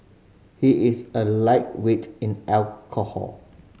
he is a lightweight in alcohol